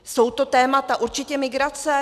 Jsou to témata určitě migrace.